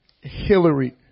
Hillary